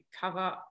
cover